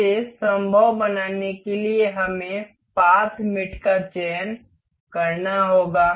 इसे संभव बनाने के लिए हमें पाथ मेट का चयन करना होगा